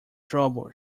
trouble